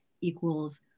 equals